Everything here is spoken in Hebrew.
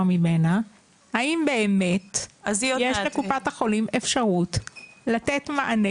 ממנה האם באמת יש לקופת החולים אפשרות לתת מענה,